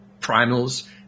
primals